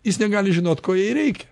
jis negali žinot ko jai reikia